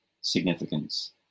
significance